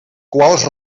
quals